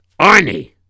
Arnie